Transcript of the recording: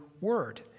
word